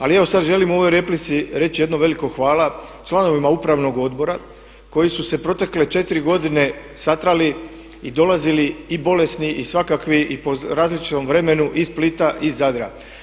Ali evo sad želim u ovoj replici reći jedno veliko hvala članovima upravnog odbora koji su se protekle četiri godine satrali i dolazili i bolesni i svakakvi, i po različitom vremenu iz Splita iz Zadra.